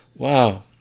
Wow